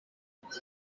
ibyo